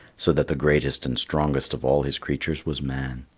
so that the greatest and strongest of all his creatures was man.